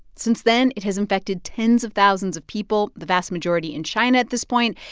since then, it has infected tens of thousands of people, the vast majority in china at this point,